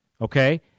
okay